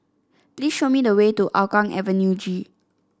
please show me the way to Hougang Avenue G